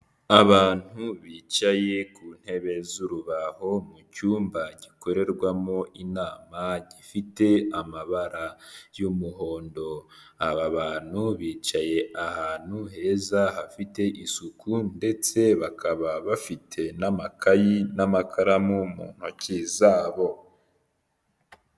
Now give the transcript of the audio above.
Abantu bicaye ku ntebe z'urubaho mu cyumba gikorerwamo inama gifite amabara y'umuhondo, aba bantu bicaye ahantu heza hafite isuku ndetse bakaba bafite n'amakayi n'amakaramu mu ntoki zabo.